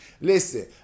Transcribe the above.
Listen